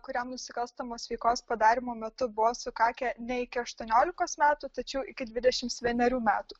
kuriam nusikalstamos veikos padarymo metu buvo sukakę ne iki aštuoniolikos metų tačiau iki dvidešimt vienerių metų